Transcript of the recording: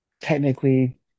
technically